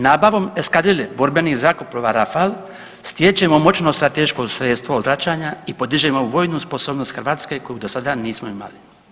Nabavom eskadrile borbenih zrakoplova Rafal stječemo moćno strateško sredstvo vraćanja i podižemo vojnu sposobnost Hrvatske koju do sada nismo imali.